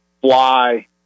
fly